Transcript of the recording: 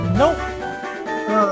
nope